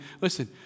listen